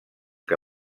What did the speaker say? que